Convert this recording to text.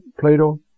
Plato